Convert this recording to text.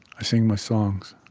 i sing my songs.